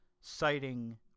citing